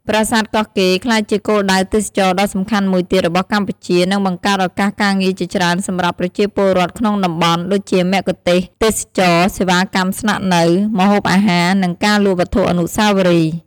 ប្រាសាទកោះកេរ្តិ៍ ក្លាយជាគោលដៅទេសចរណ៍ដ៏សំខាន់មួយទៀតរបស់កម្ពុជា និងបង្កើតឱកាសការងារជាច្រើនសម្រាប់ប្រជាពលរដ្ឋក្នុងតំបន់ ដូចជាមគ្គុទ្ទេសក៍ទេសចរណ៍ សេវាកម្មស្នាក់នៅ ម្ហូបអាហារ និងការលក់វត្ថុអនុស្សាវរីយ៍។